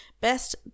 Best